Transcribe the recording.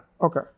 Okay